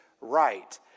right